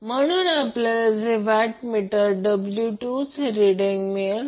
त्याचप्रमाणे आणखी एक वॅटमीटर जो याप्रमाणे जोडलेला असतो